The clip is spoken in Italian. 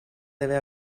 deve